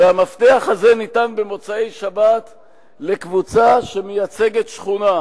והמפתח הזה ניתן במוצאי-שבת לקבוצה שמייצגת שכונה,